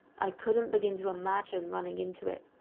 i couldn't begin to imagine running into it,